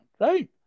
Right